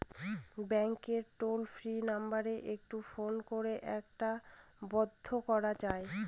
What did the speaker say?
ব্যাংকের toll free number একটু phone করে এটা বন্ধ করা যায়?